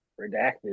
redacted